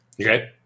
Okay